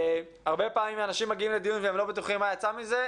הרבה פעמים אנשים מגיעים לדיון והם לא בטוחים מה ייצא מזה,